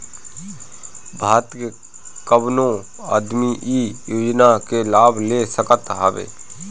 भारत के कवनो आदमी इ योजना के लाभ ले सकत हवे